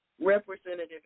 Representative